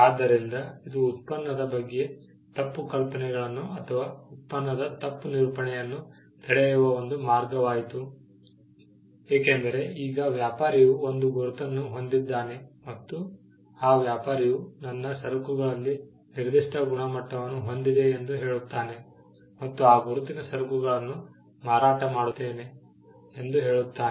ಆದ್ದರಿಂದ ಇದು ಉತ್ಪನ್ನದ ಬಗ್ಗೆ ತಪ್ಪು ಕಲ್ಪನೆಗಳನ್ನು ಅಥವಾ ಉತ್ಪನ್ನದ ತಪ್ಪು ನಿರೂಪಣೆಯನ್ನು ತಡೆಯುವ ಒಂದು ಮಾರ್ಗವಾಯಿತು ಏಕೆಂದರೆ ಈಗ ವ್ಯಾಪಾರಿಯು ಒಂದು ಗುರುತನ್ನು ಹೊಂದಿದ್ದಾನೆ ಮತ್ತು ಆ ವ್ಯಾಪಾರಿಯು ನನ್ನ ಸರಕುಗಳಲ್ಲಿ ನಿರ್ದಿಷ್ಟ ಗುಣಮಟ್ಟವನ್ನು ಹೊಂದಿದೆ ಎಂದು ಹೇಳುತ್ತಾನೆ ಮತ್ತು ಆ ಗುರುತಿನ ಸರಕುಗಳನ್ನುಮಾರಾಟ ಮಾಡುತ್ತೇನೆ ಎಂದು ಹೇಳುತ್ತಾನೆ